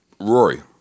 Rory